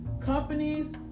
companies